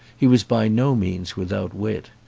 he was by no means without wit.